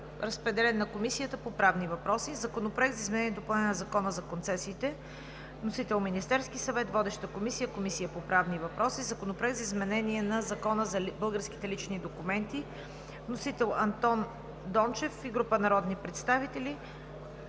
Разпределен е на Комисията по правни въпроси. Законопроект за изменение и допълнение на Закона за концесиите. Вносител: Министерският съвет. Водеща е Комисията по правни въпроси. Законопроект за изменение и допълнение на Закона за българските лични документи. Вносители: Антон Дончев и група народни представители.